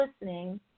listening